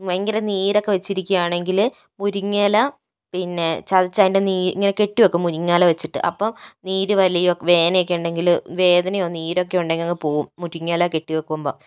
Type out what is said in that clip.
ഭയങ്കര നീരൊക്കെ വെച്ചിരിക്കുയാണെങ്കില് മുരിങ്ങയില പിന്നെ ചതച്ച് അതിൻ്റെ നീര് ഇങ്ങനെ കെട്ടിവെക്കും മുരിങ്ങയില വെച്ചിട്ട് അപ്പോൾ നീര് വലിയും വേദനയൊക്കെ ഉണ്ടെങ്കില് വേദനയോ നീരൊക്കെ ഉണ്ടെങ്കിൽ അങ്ങ് പോകും മുരിങ്ങയില കെട്ടിവെക്കുമ്പോൾ